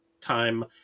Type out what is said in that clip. time